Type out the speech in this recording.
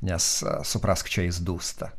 nes suprask čia jis dūsta